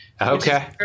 Okay